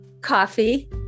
Coffee